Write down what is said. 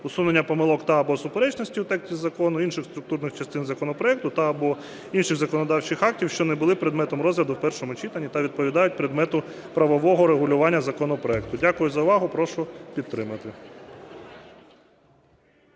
усунення помилок та/або суперечностей у тексті закону, інших структурних частин законопроекту та/або інших законодавчих актів, що не були предметом розгляду у першому читанні та відповідають предмету правового регулювання законопроекту. Дякую за увагу. Прошу підтримати.